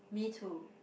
me too